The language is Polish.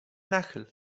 nachyl